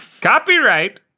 Copyright